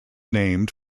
named